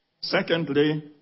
Secondly